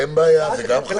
אין בעיה, זה גם חשוב.